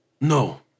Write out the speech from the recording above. No